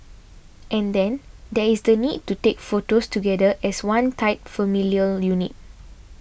and then there is the need to take photos together as one tight familial unit